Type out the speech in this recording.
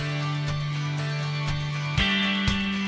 and